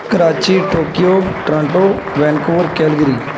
Karachi Tokyo Toronto Vancouver Calgary